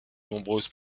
nombreuses